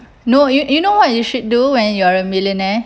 no you you know what you should do when you're a millionaire